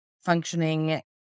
functioning